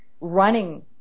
running